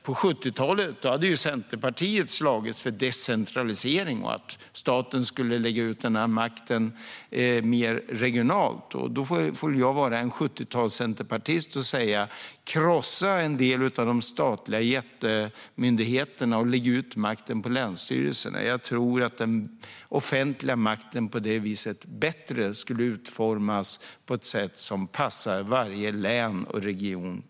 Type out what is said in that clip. På 70-talet hade Centerpartiet slagits för decentralisering och att staten skulle lägga ut makten mer regionalt. Jag får väl vara en 70-talscenterpartist och säga: Krossa en del av de statliga jättemyndigheterna, och lägg ut makten på länsstyrelserna! Jag tror att den offentliga makten på det viset bättre skulle utformas på ett sätt som passar varje län och region.